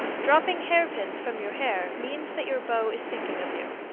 dropping hairpins from your hair means that your beau is thinking of you.